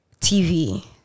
TV